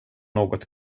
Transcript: något